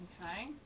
Okay